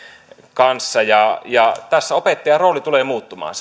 kanssa tässä opettajan rooli tulee muuttumaan